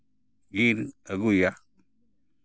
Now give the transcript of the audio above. ᱤᱨ ᱟᱹᱜᱩᱭᱟ